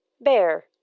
bear